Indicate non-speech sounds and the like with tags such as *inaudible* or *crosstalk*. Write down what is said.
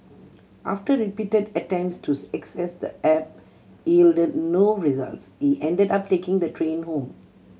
after repeated attempts to *unintelligible* excess the app yielded no results he ended up taking the train home